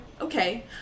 Okay